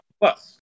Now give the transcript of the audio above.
Plus